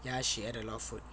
ya she ate a lot of food